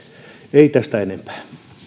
ei tästä enempää